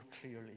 clearly